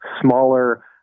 smaller